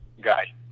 guy